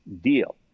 deal